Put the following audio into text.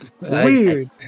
Weird